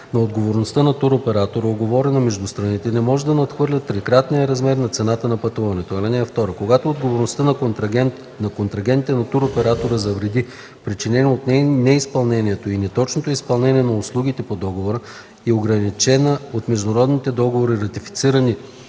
на отговорността на туроператора, уговорена между страните, не може да надхвърля трикратния размер на цената на пътуването. (2) Когато отговорността на контрагентите на туроператора за вреди, причинени от неизпълнението или неточното изпълнение на услугите по договора, е ограничена от международни договори, ратифицирани,